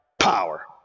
power